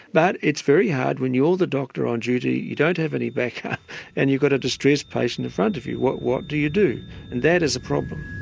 but it's very hard when you're the doctor on duty, you don't have any backup and you've got a distressed patient in front of you what what do you do? and that is a problem.